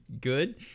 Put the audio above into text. good